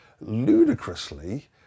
ludicrously